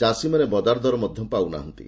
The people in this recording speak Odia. ଚାଷୀମାନେ ବଜାର ଦର ମଧ୍ଧ ପାଉନାହାନ୍ତି